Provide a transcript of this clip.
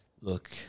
look